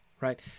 right